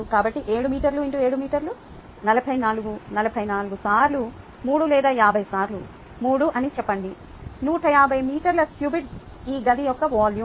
కాబట్టి 7 మీటర్లు X 7 మీటర్లు 49 49 సార్లు 3 లేదా 50 సార్లు 3 అని చెప్పండి 150 మీటర్ల క్యూబ్డ్ ఈ గది యొక్క వాల్యూమ్